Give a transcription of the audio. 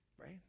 Right